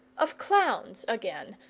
of clowns again,